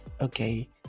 Okay